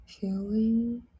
feeling